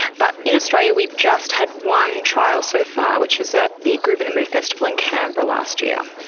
but in australia we've just had one trial so far which was at the groove in the move festival in canberra last year.